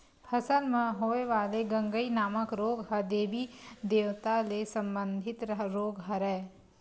फसल म होय वाले गंगई नामक रोग ह देबी देवता ले संबंधित रोग हरय